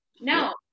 No